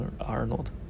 Arnold